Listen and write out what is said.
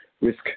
risk